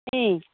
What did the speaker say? U M